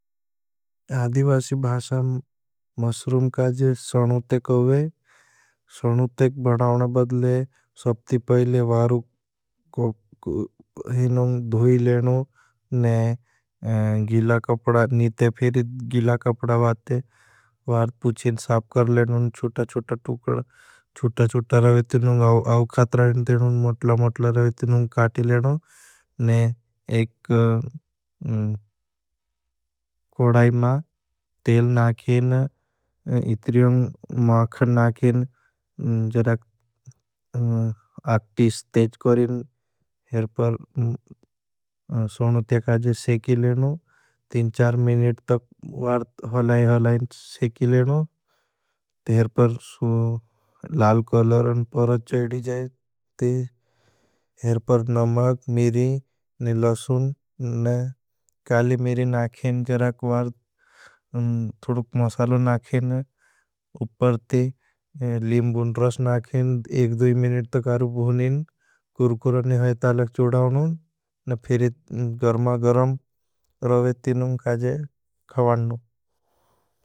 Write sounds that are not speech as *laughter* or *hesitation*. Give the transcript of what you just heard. आदिवासी भासा मस्रुम काजे सणूतेक होगे। सणूतेक बनावन बदले सब्ति पहले वारू *hesitation* कोईनों दोई लेनों ने गीला कपड़ा नीते फेरी गीला कपड़ा वाते। वार्ध पुछीन साप कर लेनों चुटा चुटा टुकड़ा। चुटा चुटा रवे तुनों आउखात रवे तुनों मोटला मोटला रवे तुनों काटी लेनों। ने एक *hesitation* कोड़ाई मा तेल नाखेन इत्रियों माखन नाखेन अक्टी स्थेज करें। *hesitation* एर पर सोनुत्या काजे सेखी लेनों तीन चार मिनीट तक वार्ध हलाय हलाय सेखी लेनों। तेर पर लाल कोलर परच चेड़ी जाएँ ती एर पर नमग, मिरी, निलसुन, काली मिरी नाखेन जराक वार्ध थुड़ुक मसालों नाखेन। उपर ते लीमबुन रस नाखेन, एक दूई मिनीट तक आरब भूनें, कुरुखुरने है तालक चोड़ाऊनों, न फिर गरमा गरम रवे तीनों काजे ख़वानों।